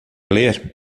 ler